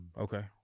Okay